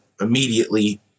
immediately